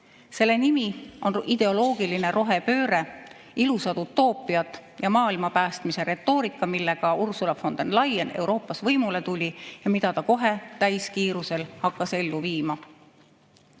selle nimi on ideoloogiline rohepööre, ilusad utoopiad ja maailma päästmise retoorika, millega Ursula von der Leyen Euroopas võimule tuli ja mida ta kohe täiskiirusel hakkas ellu viima.